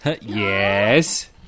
Yes